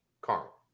Carl